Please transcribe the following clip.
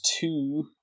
two